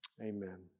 amen